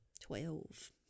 Twelve